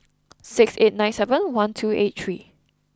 six eight nine seven one two eight three